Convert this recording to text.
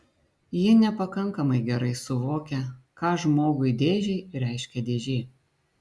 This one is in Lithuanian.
ji nepakankamai gerai suvokia ką žmogui dėžei reiškia dėžė